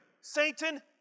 Satan